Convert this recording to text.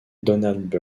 donald